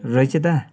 रहेछ दा